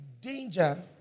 Danger